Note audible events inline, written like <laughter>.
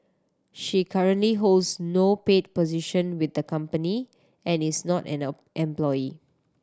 she currently holds no paid position with the company and is not and <hesitation> employee